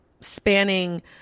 spanning